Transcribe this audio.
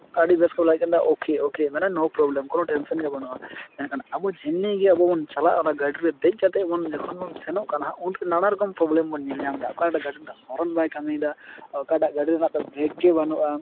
ᱟᱹᱰᱤ ᱵᱮᱥ ᱠᱚ ᱞᱟᱹᱭᱮᱫ ᱠᱟᱱ ᱛᱟᱦᱮᱸᱡ ᱢᱟᱱᱮ ᱳᱠᱮ ᱳᱠᱮ ᱢᱟᱱᱮ ᱱᱳ ᱯᱨᱳᱵᱞᱮᱢ ᱠᱳᱱᱳ ᱴᱮᱱᱥᱮᱱ ᱜᱮ ᱵᱟᱹᱱᱩᱜᱼᱟ ᱢᱮᱱᱠᱷᱟᱱ ᱟᱵᱚ ᱡᱤᱢᱱᱤ ᱜᱮ ᱟᱵᱚ ᱵᱚᱱ ᱪᱟᱞᱟᱜᱼᱟ ᱚᱱᱟ ᱜᱟᱹᱰᱤ ᱨᱮ ᱫᱮᱡ ᱠᱟᱛᱮ ᱵᱚᱱ ᱡᱚᱠᱷᱚᱱ ᱵᱚᱱ ᱥᱮᱱᱚᱜ ᱠᱟᱱᱟ ᱦᱟᱸᱜ ᱩᱱ ᱱᱟᱱᱟ ᱨᱚᱠᱚᱢ ᱯᱨᱳᱵᱞᱮᱢ ᱵᱚᱱ ᱧᱮᱞ ᱧᱟᱢᱮᱫᱟ ᱚᱠᱟᱴᱟᱜ ᱜᱟᱹᱰᱤ ᱨᱮᱱᱟᱜ ᱫᱚ ᱦᱚᱨᱚᱱ ᱵᱟᱭ ᱠᱟᱹᱢᱤᱭᱮᱫᱟ ᱚᱠᱟᱴᱟᱜ ᱜᱟᱹᱰᱤ ᱨᱮᱱᱟᱜ ᱫᱚ ᱵᱨᱮ ᱠ ᱜᱮ ᱵᱟᱹᱱᱩᱜᱼᱟ